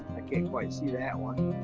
can't quite see that one.